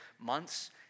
months